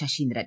Saseendran